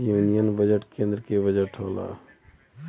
union budget केन्द्र के budget होला